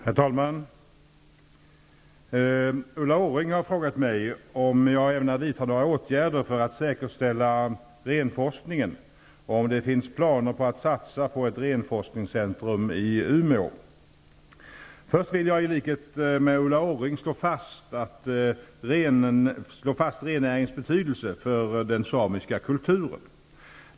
Herr talman! Ulla Orring har frågat mig om jag ämnar vidta några åtgärder för att säkerställa renforskningen och om det finns planer på att satsa på ett renforskningscentrum i Umeå. Först vill jag i likhet med Ulla Orring slå fast rennäringens betydelse för den samiska kulturen.